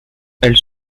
elles